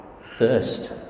thirst